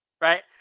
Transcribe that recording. right